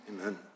Amen